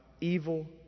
evil